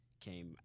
came